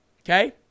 Okay